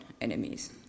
enemies